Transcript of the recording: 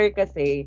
kasi